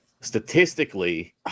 statistically